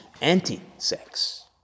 anti-sex